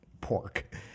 pork